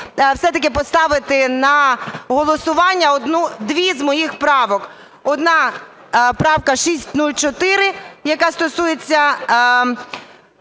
все-таки поставити на голосування одну... дві з моїх правок: одна правка 604, яка стосується